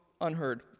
unheard